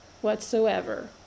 whatsoever